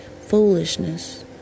foolishness